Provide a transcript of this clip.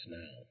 now